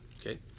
Okay